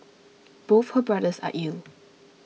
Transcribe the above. both her brothers are ill